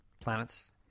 planets